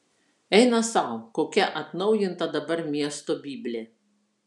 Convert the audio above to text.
eina sau kokia atnaujinta dabar miesto biblė